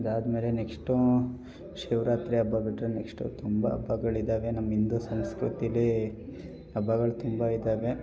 ಅದಾದ್ಮೇಲೆ ನೆಕ್ಸ್ಟು ಶಿವರಾತ್ರಿ ಹಬ್ಬ ಬಿಟ್ಟರೆ ನೆಕ್ಸ್ಟ್ ತುಂಬ ಹಬ್ಬಗಳಿದ್ದಾವೆ ನಮ್ಮ ಹಿಂದೂ ಸಂಸ್ಕೃತಿಲೀ ಹಬ್ಬಗಳು ತುಂಬ ಇದ್ದಾವೆ